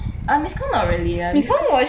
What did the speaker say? err miss kong not really ah